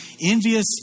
envious